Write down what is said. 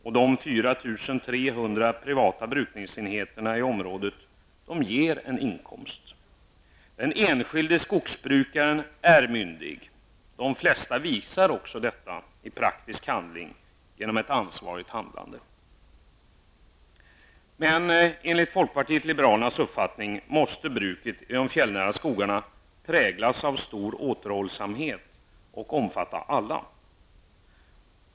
De 4 300 privata brukningsenheterna i området ger en inkomst. De enskilda skogsbrukarna är myndiga, och de flesta visar också detta i praktisk handling genom ett ansvarigt handlande. Men enligt folkpartiet liberalernas uppfattning måste bruket i de fjällnära skogarna präglas av stor återhållsamhet, vilket skall gälla alla.